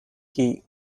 key